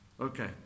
Okay